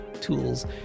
tools